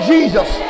Jesus